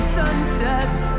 sunsets